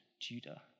Judah